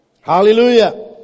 hallelujah